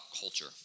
culture